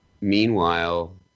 Meanwhile